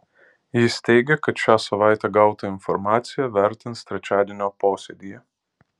jis teigia kad šią savaitę gautą informaciją vertins trečiadienio posėdyje